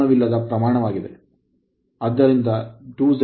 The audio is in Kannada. ಆದ್ದರಿಂದ ಇದು ವಾಸ್ತವವಾಗಿ Ω